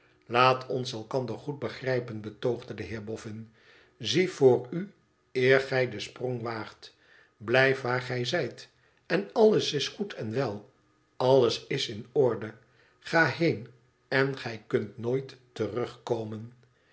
laat ons elkander goed begrijpen betoogde de heer bofn zie voor u eer gij den sprong waagt blijf waar gij zijten alles is goed en wel alles is in orde ga heen en gij kunt nooit terugkomen